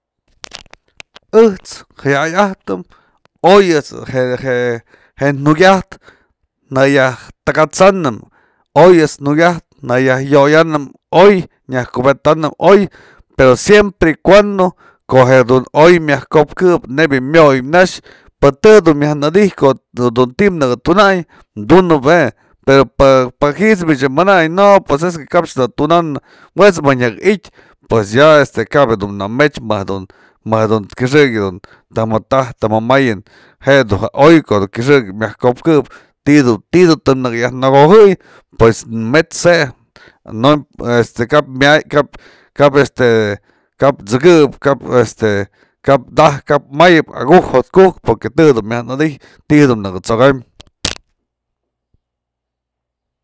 ëjt's jaya'ay ajtëm oyët's je- je- jen jukyatë nayaj takat'sanëm oyët's jukyatë nayaj yoyanëm oy nyaj kubetanëm oy, pero siempre y cuando ko'o du oy myajko'okëp nebya myoy nax pë të du myajnëdyj ko'o du ti'i naka tunayë, dunëp je pero pä jit's mich je manany, no pues kap je në tunan'në wët's mëjk nyaka i'ityë, pues ya este kaba du na mech më jedun më jedun kyëxëk dun të më taj, të jë mayën, je'e du ja oy, ko'o du kyëxëk myajko'opkëp ti'i du tënëkë yaj nëkojey pues mët's je, no im; este kap t'sëkëp este kap taj kap mayëp aku'uk jo'ot ku'uk porque të du myajnëdyj ti'i du nëkë t'sokam.